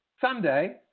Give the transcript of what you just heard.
Sunday